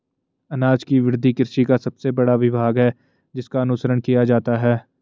अनाज की वृद्धि कृषि का सबसे बड़ा विभाग है जिसका अनुसरण किया जाता है